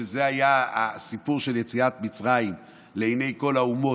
שזה היה הסיפור של יציאת מצרים לעיני כל האומות,